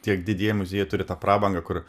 tiek didieji muziejai turi tą prabangą kur